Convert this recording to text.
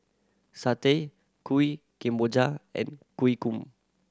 satay Kuih Kemboja and kueh gong